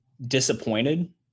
disappointed